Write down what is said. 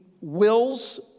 wills